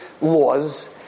laws